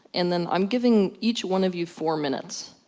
and then i'm giving each one of you four minutes.